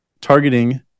targeting